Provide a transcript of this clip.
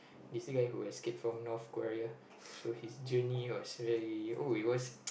this guy who escape from North-Korea so his journey was very oh it was